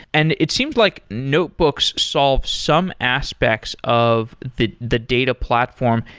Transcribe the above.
and it seems like notebooks solves some aspects of the the data platform.